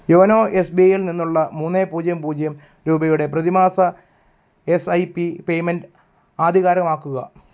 YONO S B I ൽ നിന്നുള്ള മൂന്ന് പൂജ്യം പൂജ്യം രൂപയുടെ പ്രതിമാസ എസ് ഐ പ്പി പേയ്മെന്റ് ആധികാരികമാക്കുക